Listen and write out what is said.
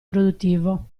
produttivo